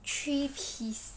three piece